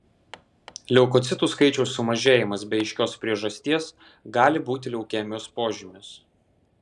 leukocitų skaičiaus sumažėjimas be aiškios priežasties gali būti leukemijos požymis